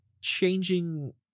changing